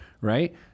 right